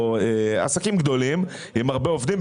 עסקים גדולים עם הרבה עובדים,